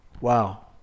Wow